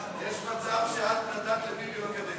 ההצבעה הן: 49 בעד, 52 נגד.